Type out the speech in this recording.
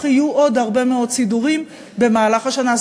יהיו עוד הרבה מאוד סידורים במהלך השנה.